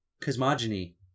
cosmogony